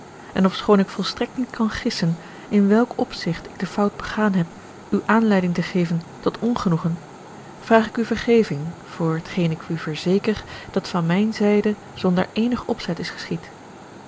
en ofschoon ik volstrekt niet kan gissen in welk opzicht ik de fout begaan heb u aanleiding te geven tot ongenoegen vraag ik u vergeving voor t geen ik u verzeker dat van mijne zijde zonder eenig opzet is geschied